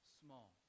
small